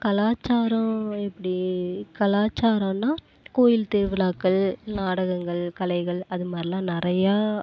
கலாச்சாரம் எப்படி கலாச்சாரம்னா கோவில் திருவிழாக்கள் நாடகங்கள் கலைகள் அதுமாதிரிலாம் நிறையா